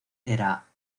era